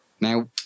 Now